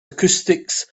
acoustics